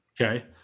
Okay